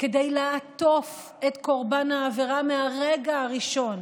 כדי לעטוף את קורבן העבירה מהרגע הראשון